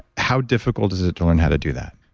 how difficult is it to learn how to do that?